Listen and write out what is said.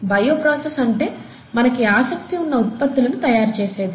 bio process అంటే మనకి ఆసక్తి ఉన్న ఉత్పత్తులను తయారు చేసేది